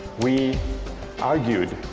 we argued